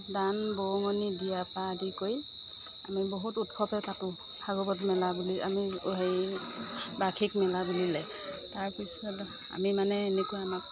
দান বৰঙনি দিয়াৰ পৰা আদি কৰি আমি বহুত উৎসৱে পাতোঁ ভাগৱত মেলা বুলি আমি হেৰি বাৰ্ষিক মেলা বুলিলে তাৰ পিছত আমি মানে এনেকুৱা আমাক